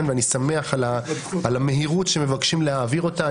ואני שמח על המהירות שמבקשים להעביר אותה.